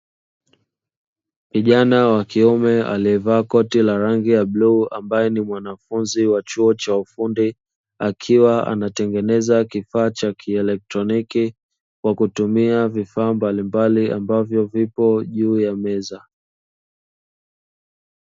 Kijana wakiume aliyevaa koti la rangi ya bluu ambaye ni mwanafunzi wa chuo cha ufundi, akiwa anatengeneza kifaa cha kieletroniki, kwa kutumia vifaa mbalimbali ambavyo vipo juu ya meza.